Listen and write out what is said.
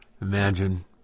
Imagine